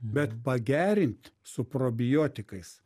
bet pagerint su probiotikais